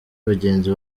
bagenzi